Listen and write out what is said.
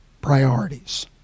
priorities